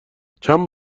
چند